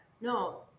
No